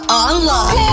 online